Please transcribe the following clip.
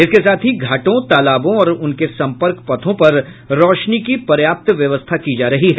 इसके साथ ही घाटों तालाबों और उनके सम्पर्क पथों पर रोशनी की पर्याप्त व्यवस्था की जा रही है